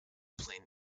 plain